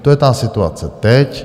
To je ta situace teď.